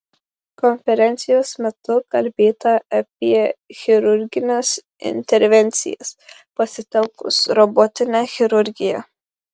konferencijos metu kalbėta apie chirurgines intervencijas pasitelkus robotinę chirurgiją